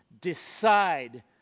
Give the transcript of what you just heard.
Decide